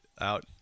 out